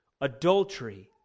adultery